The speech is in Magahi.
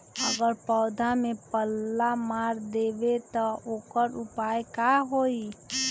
अगर पौधा में पल्ला मार देबे त औकर उपाय का होई?